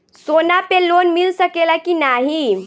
सोना पे लोन मिल सकेला की नाहीं?